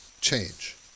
change